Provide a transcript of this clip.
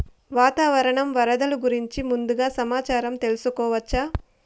వాతావరణం వరదలు గురించి ముందుగా సమాచారం తెలుసుకోవచ్చా?